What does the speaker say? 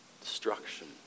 destruction